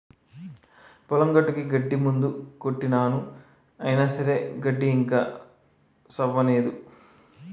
పొలం గట్టుకి గడ్డి మందు కొట్టినాను అయిన సరే గడ్డి ఇంకా సవ్వనేదు